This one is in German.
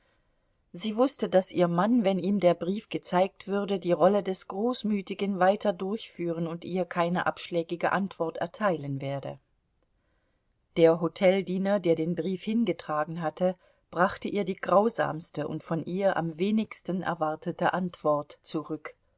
sie wußte daß ihr mann wenn ihm der brief gezeigt würde die rolle des großmütigen weiter durchführen und ihr keine abschlägige antwort erteilen werde der hoteldiener der den brief hingetragen hatte brachte ihr die grausamste und von ihr am wenigsten erwartete antwort zurück